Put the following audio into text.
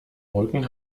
rücken